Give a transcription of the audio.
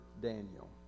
Daniel